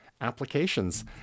applications